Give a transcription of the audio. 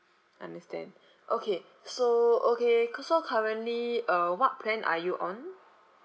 understand okay so okay c~ so currently uh what plan are you on